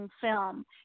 film